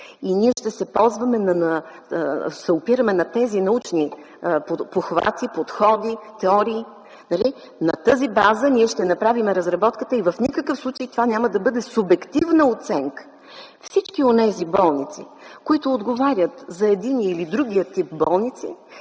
Ние ще се опираме на тези научни похвати, подходи, теории, на тази база ние ще направим разработката и в никакъв случай това няма да бъде субективна оценка. Всички онези болници, които отговарят за единия или другия тип болници,